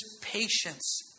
patience